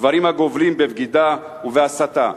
דברים הגובלים בבגידה ובהסתה.